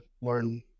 learn